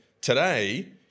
today